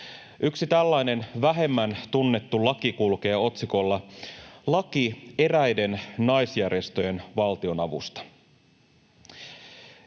Yksi tällainen vähemmän tunnettu laki kulkee otsikolla ”Laki eräiden naisjärjestöjen valtionavusta”.